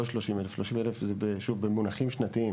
30,000 זה במונחים שנתיים.